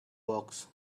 box